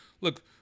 look